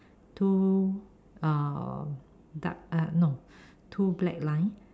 two uh dark uh no two black line